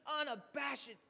unabashed